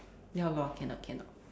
ya lor cannot cannot